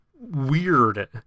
Weird